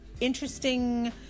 interesting